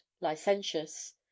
licentious